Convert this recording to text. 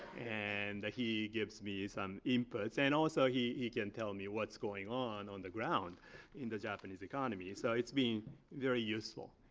and he gives me some input. and also, he he can tell me what's going on on the ground in the japanese economy. so it's been very useful.